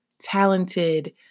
talented